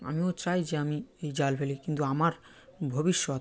আমিও চাই যে আমি এই জাল ফেলি কিন্তু আমার ভবিষ্যৎ